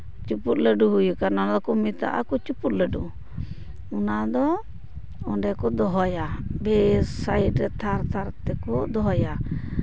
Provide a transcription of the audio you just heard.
ᱪᱩᱯᱩᱫ ᱞᱟᱹᱰᱩ ᱦᱩᱭ ᱟᱠᱟᱱᱟ ᱚᱱᱟ ᱫᱚᱠᱚ ᱢᱮᱛᱟᱜᱼᱟ ᱠᱚ ᱪᱩᱯᱩᱫ ᱞᱟᱹᱰᱩ ᱚᱱᱟ ᱫᱚ ᱚᱰᱮ ᱠᱚ ᱫᱚᱦᱚᱭᱟ ᱵᱮᱥ ᱥᱟᱹᱭᱤᱴ ᱨᱮ ᱛᱷᱟᱨ ᱛᱷᱟᱨ ᱛᱮᱠᱚ ᱫᱚᱦᱚᱭᱟ